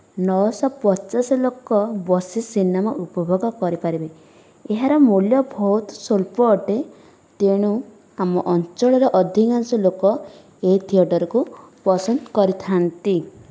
ନଅଶହ ପଚାଶ ଲୋକ ବସି ସିନେମା ଉପଭୋଗ କରିପାରିବେ ଏହାର ମୂଲ୍ୟ ବହୁତ ସ୍ୱଳ୍ପ ଅଟେ ତେଣୁ ଆମ ଅଞ୍ଚଳରେ ଅଧିକାଂଶ ଲୋକ ଏହି ଥିଏଟରକୁ ପସନ୍ଦ କରିଥାନ୍ତି